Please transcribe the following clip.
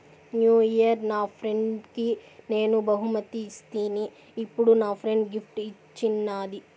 new year నా ఫ్రెండ్కి నేను బహుమతి ఇస్తిని, ఇప్పుడు నా ఫ్రెండ్ గిఫ్ట్ ఇచ్చిన్నాది